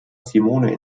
simone